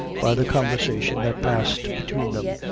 by the conversation that passed between them.